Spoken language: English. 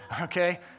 Okay